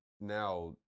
now